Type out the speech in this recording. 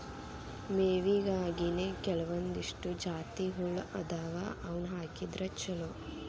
ಮೇವಿಗಾಗಿನೇ ಕೆಲವಂದಿಷ್ಟು ಜಾತಿಹುಲ್ಲ ಅದಾವ ಅವ್ನಾ ಹಾಕಿದ್ರ ಚಲೋ